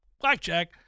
Blackjack